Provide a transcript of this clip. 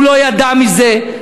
הוא לא ידע מזה,